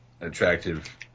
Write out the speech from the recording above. attractive